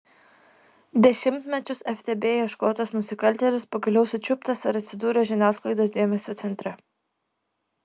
dešimtmečius ftb ieškotas nusikaltėlis pagaliau sučiuptas ir atsidūrė žiniasklaidos dėmesio centre